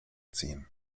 ziehen